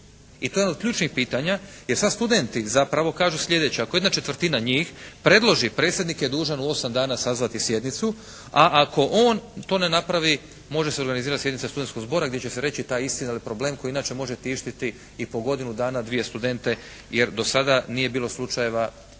I to je ono od ključnih pitanja jer sad studenti zapravo kažu sljedeće. Ako 1/4 njih predloži predsjednik je dužan u 8 dana sazvati sjednicu. A ako on to ne napravi može se organizirati sjednica studenskog zbora gdje će se reći ta istina ili problem koji inače može tištiti i po godinu dana, dvije studente jer do sada nije bilo slučajeva,